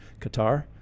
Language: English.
Qatar